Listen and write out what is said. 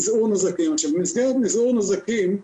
במסגרת מזעור נזקים,